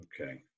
Okay